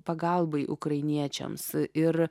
pagalbai ukrainiečiams ir